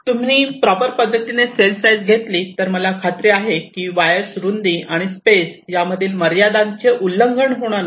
तुम्ही प्रॉपर पद्धतीने cell size घेतली तर मला खात्री आहे की वायर्स रुंदी आणि स्पेस यामधील मर्यादांचे उल्लंघन होणार नाही